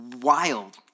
wild